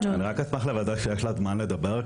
אני רק אשמח לוודא שיש לה זמן לדבר.